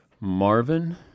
Marvin